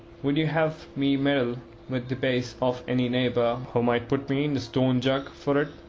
would you have me meddle with the bastes of any neighbour, who might put me in the stone jug for it?